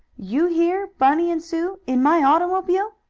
you here bunny and sue in my automobile?